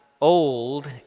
old